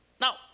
Now